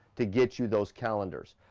to get you those calendars.